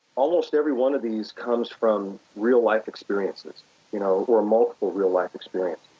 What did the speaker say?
almost every one of these comes from real life experiences you know or multiple real life experiences